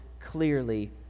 clearly